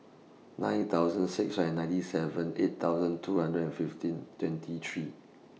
nine thousand six hundred and ninety seven eight thousand two hundred and fifteen twenty three